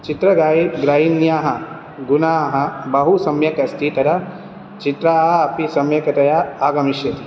चित्रग्राहि ग्राहिन्याः गुणाः बहु सम्यक् अस्ति तथा चित्राः अपि सम्यक्तया आगमिष्यति